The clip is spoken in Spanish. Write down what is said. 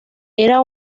era